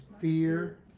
Fear